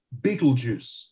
Beetlejuice